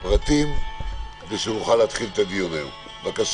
הצעת חוק ההוצאה לפועל (נגיף הקורונה החדש תיקון מס' 67 והוראה שעה),